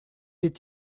est